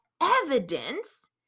evidence